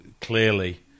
Clearly